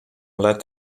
let